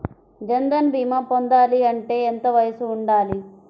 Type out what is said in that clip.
జన్ధన్ భీమా పొందాలి అంటే ఎంత వయసు ఉండాలి?